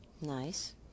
Nice